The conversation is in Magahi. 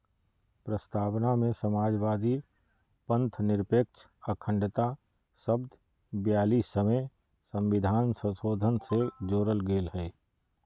प्रस्तावना में समाजवादी, पथंनिरपेक्ष, अखण्डता शब्द ब्यालिसवें सविधान संशोधन से जोरल गेल हइ